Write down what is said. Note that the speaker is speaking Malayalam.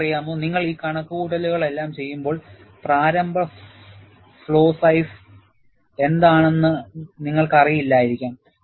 നിങ്ങൾക്കറിയാമോ നിങ്ങൾ ഈ കണക്കുകൂട്ടലുകളെല്ലാം ചെയ്യുമ്പോൾ പ്രാരംഭ ഫ്ലോ സൈസ് എന്താണെന്ന് നിങ്ങൾക്ക് അറിയില്ലായിരിക്കാം